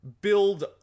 build